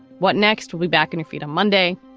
what next? we back in two feet on monday.